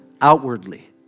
outwardly